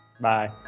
Bye